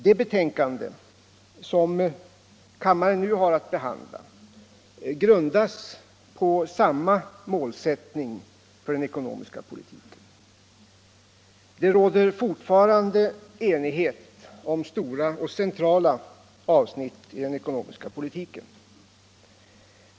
Det betänkande från finansutskottet som nu behandlas grundas på samma målsättning för den ekonomiska politiken. Det råder fortfarande enighet om stora och centrala avsnitt i den ekonomiska politiken.